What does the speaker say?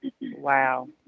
Wow